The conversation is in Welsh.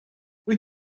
wyt